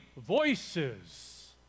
voices